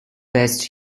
best